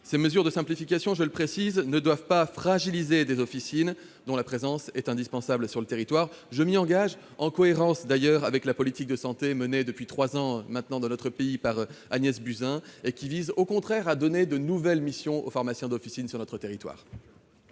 ces mesures de simplification ne doivent pas fragiliser les officines, dont la présence est indispensable sur le territoire. Je m'y engage, en cohérence, d'ailleurs, avec la politique de santé menée dans notre pays, depuis trois ans maintenant, par Agnès Buzyn, qui vise, au contraire, à donner de nouvelles missions aux pharmaciens d'officine sur notre territoire.